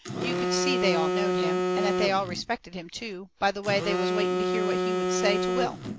you could see they all knowed him, and that they all respected him too, by the way they was waiting to hear what he would say to will.